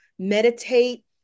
Meditate